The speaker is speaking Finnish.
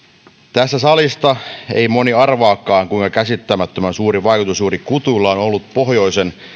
tässä salissa ei moni arvaakaan kuinka käsittämättömän suuri vaikutus juuri kutuilla on on ollut pohjoisen